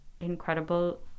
incredible